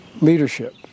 Leadership